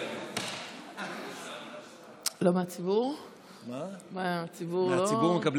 משלימה בראשות השר זאב אלקין לא אישרו את